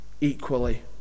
equally